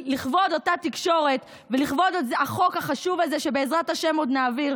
לכבוד אותה תקשורת ולכבוד החוק החשוב הזה שבעזרת השם עוד נעביר,